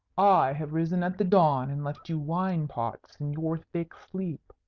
i have risen at the dawn and left you wine-pots in your thick sleep.